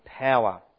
power